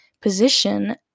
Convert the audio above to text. position